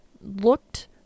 looked